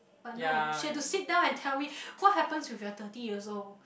but no she had to sit down and tell me what happens if you're thirty years old